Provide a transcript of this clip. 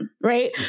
Right